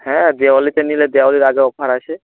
হ্যাঁ দেওয়ালিতে নিলে দেওয়ালির আগে অফার আছে